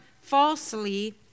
falsely